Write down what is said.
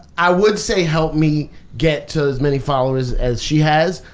i would say help me get to as many followers as she has,